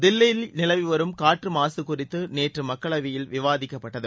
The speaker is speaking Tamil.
தில்லியில் நிலவிவரும் காற்று மாசு குறித்து நேற்று மக்களவையில் விவாதிக்கப்பட்டது